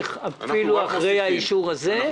להמשיך אחרי האישור הזה --?